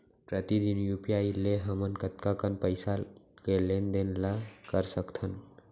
प्रतिदन यू.पी.आई ले हमन कतका कन पइसा के लेन देन ल कर सकथन?